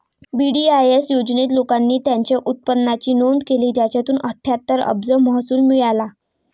VDIS योजनेत, लोकांनी त्यांच्या उत्पन्नाची नोंद केली, ज्यातून अठ्ठ्याहत्तर अब्ज महसूल मिळाला